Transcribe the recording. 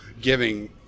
giving